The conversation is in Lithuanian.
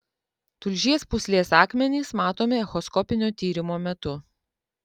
tulžies pūslės akmenys matomi echoskopinio tyrimo metu